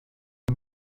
the